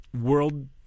world